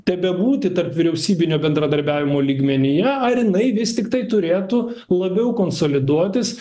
tebebūti tarpvyriausybinio bendradarbiavimo lygmenyje ar jinai vis tiktai turėtų labiau konsoliduotis